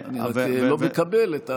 אני רק לא מקבל את היכולת לפסול על בסיסם חוקים.